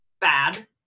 bad